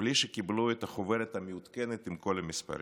בלי שקיבלו את החוברת המעודכנת עם כל המספרים,